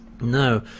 No